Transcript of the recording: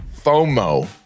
FOMO